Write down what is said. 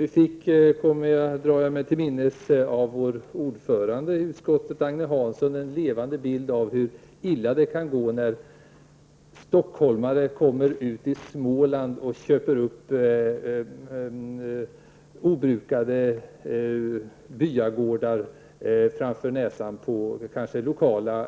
Jag drar mig till minnes att vi av bostadsutskottets ordförande Agne Hansson fick en levande bild av hur illa det kan gå när stockholmare kommer ut i Småland och köper upp obrukade byagårdar framför näsan på lokala